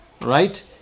Right